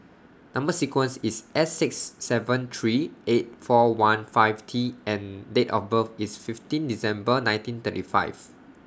Number sequence IS S six seven three eight four one five T and Date of birth IS fifteen December nineteen thirty five